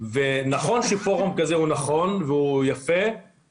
וסליחה שאני משיג גבול.